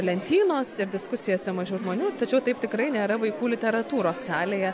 lentynos ir diskusijose mažiau žmonių tačiau taip tikrai nėra vaikų literatūros salėje